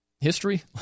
history